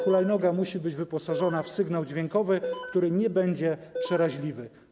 Hulajnoga musi być wyposażona w sygnał dźwiękowy, który nie będzie przeraźliwy.